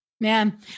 man